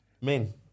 Men